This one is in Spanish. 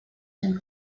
sin